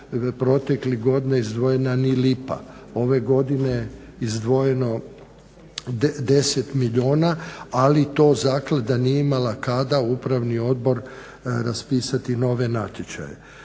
proteklih godina izdvojena ni lipa, ove godine izdvojeno 10 milijuna, ali to zaklada nije imala kada, upravni odbor raspisati nove natječaje.